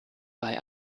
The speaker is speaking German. bei